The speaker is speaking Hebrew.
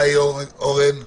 שלום אורן ידידנו.